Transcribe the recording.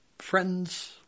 friends